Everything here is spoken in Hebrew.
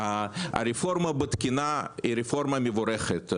הרפורמה בתקינה היא רפורמה מבורכת,